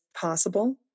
possible